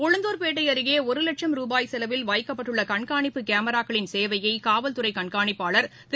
உளுந்தூர்பேட்டை அருகே ஒரு லட்சம் ரூபாய் செலவில் வைக்கப்பட்டுள்ள கண்ணனிப்பு கேமிராக்களின் சேவையினை காவல்துறை கண்காணிப்பாளர் திரு